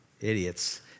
Idiots